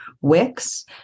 Wix